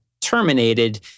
terminated